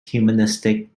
humanistic